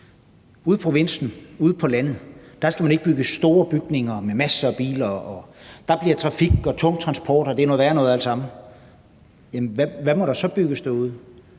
ude i provinsen, ude på landet, skal man ikke bygge store bygninger, for så kommer der masser af biler, og der bliver trafik og tung transport, og det er alt sammen noget værre noget. Jamen hvad må der så bygges derude?